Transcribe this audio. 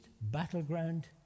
battleground